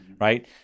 right